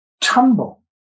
tumble